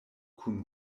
kun